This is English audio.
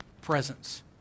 presence